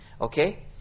Okay